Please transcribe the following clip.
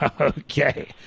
Okay